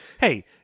hey